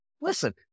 listen